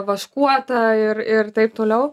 vaškuota ir ir taip toliau